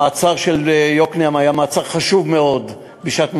המעצר של יוקנעם היה מעצר חשוב מאוד, בשעת מעשה,